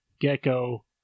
Gecko